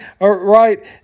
right